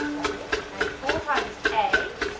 lovely and four times a,